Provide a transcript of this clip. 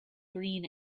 green